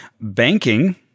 Banking